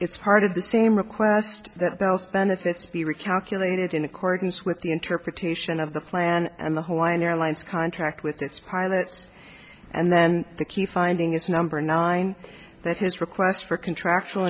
it's part of the same request that bell's benefits be recalculated in accordance with the interpretation of the plan and the hawaiian airlines contract with its pilots and then the key finding as number nine that his request for contractual